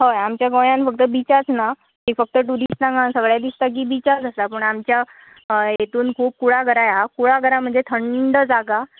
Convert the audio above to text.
हय आमच्या गोंयान फक्त बिचास ना ते फक्त टूरिस्टांक आनी सगळें दिसता की बिचास आसा पूण आमच्या हातून खूब कुळाघराय आसा कुळाघरा म्हणजे थंड जागा